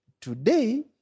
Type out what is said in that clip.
today